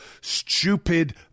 stupid